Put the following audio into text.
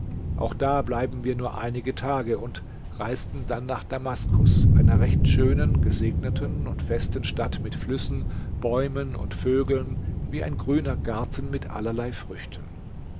auch da bleiben wir nur einige tage und reisten dann nach damaskus einer recht schönen gesegneten und festen stadt mit flüssen bäumen und vögeln wie ein grüner garten mit allerlei früchten